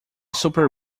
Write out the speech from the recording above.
super